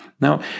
Now